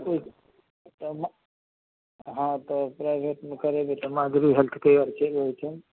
हूँ जे तऽ ने हँ तऽ प्राइभेटमे करेबै तऽ माधुरी हेल्थ केयर चलि जाउ ओतऽ